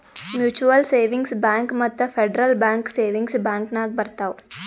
mutual savings bank ಮತ್ತ federal bank savings bank ನಾಗ್ ಬರ್ತಾವ್